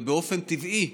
ובאופן טבעי,